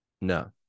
No